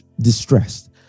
distressed